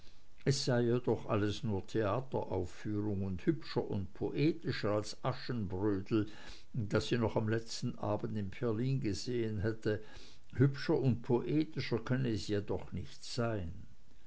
es sei ja doch alles nur theateraufführung und hübscher und poetischer als aschenbrödel das sie noch am letzten abend in berlin gesehen hätte hübscher und poetischer könne es ja doch nicht sein